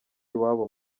iwabo